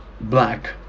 black